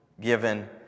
given